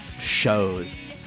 shows